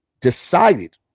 decided